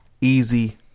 Easy